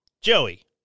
Joey